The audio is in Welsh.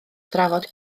drafod